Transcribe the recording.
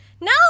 No